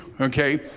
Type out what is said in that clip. Okay